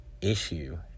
issue